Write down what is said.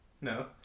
no